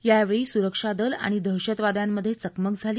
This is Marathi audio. यावेळी सुरक्षा दल आणि दहशतवाद्यांमध्ये चकमक झाली